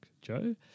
Joe